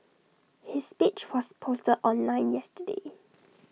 his speech was posted online yesterday